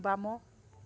ବାମ